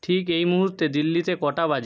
ঠিক এই মুহুর্তে দিল্লিতে কটা বাজে